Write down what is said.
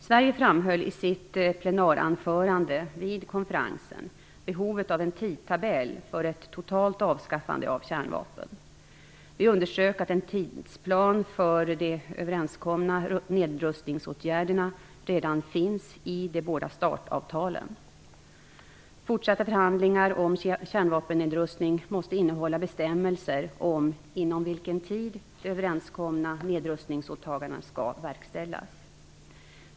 Sverige framhöll i sitt plenaranförande vid konferensen behovet av en tidtabell för ett totalt avskaffande av kärnvapen. Vi underströk att en tidsplan för de överenskomna nedrustningsåtgärderna redan finns i de båda START-avtalen. Fortsatta förhandlingar om kärnvapennedrustning måste innehålla bestämmelser om inom vilken tid de överenskomna nedrustningsåtagandena skall verkställas.